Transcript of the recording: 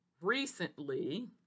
recently